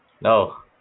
No